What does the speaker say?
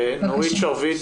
נורית שרביט